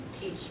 teach